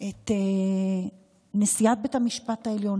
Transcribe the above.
את נשיאת בית המשפט העליון,